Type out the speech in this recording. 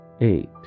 eight